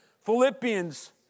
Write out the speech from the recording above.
Philippians